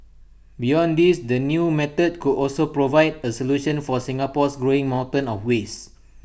beyond this the new method could also provide A solution for Singapore's growing mountain of waste